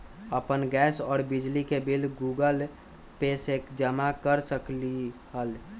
अपन गैस और बिजली के बिल गूगल पे से जमा कर सकलीहल?